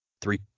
Three